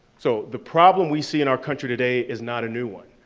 so, the problem we see in our country today is not a new one.